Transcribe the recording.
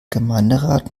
gemeinderat